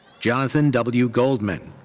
jonathan w. goldman.